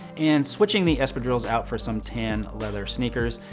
and switching the espadrilles out for some tan leather sneakers.